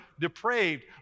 depraved